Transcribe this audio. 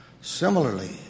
Similarly